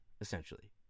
essentially